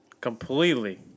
Completely